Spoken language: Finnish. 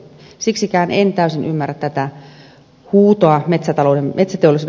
siksikään en täysin ymmärrä tätä huutoa metsäteollisuuden puolesta